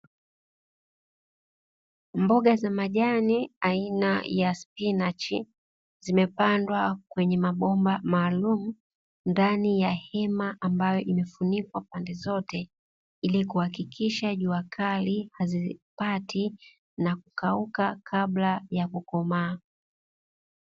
Mboga za majani aina ya spinachi zimepandwa kwenye mabomba maalumu ndani ya hema, ambayo ime funikwa pande zote ili kuhakikisha jua kali hazipati na kukauka kabla ya kukomaa.